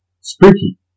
Spooky